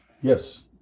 yes